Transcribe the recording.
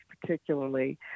particularly